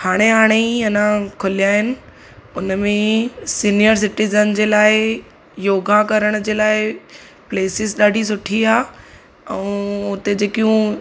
हाणे हाणे ई अञा खुलिया आहिनि उनमें सीनियर सिटीज़न जे लाइ योगा करण जे लाइ प्लेसिस ॾाढी सुठी आहे ऐं हुते जेकियूं